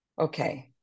okay